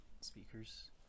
speakers